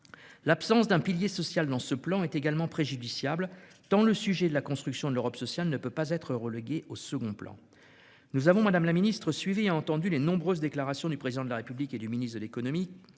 L'absence d'un pilier social dans ce plan est également préjudiciable, car le sujet de la construction de l'Europe sociale ne peut pas être relégué au second plan. Nous avons, madame la secrétaire d'État, suivi et entendu les nombreuses déclarations du Président de la République et du ministre de l'économie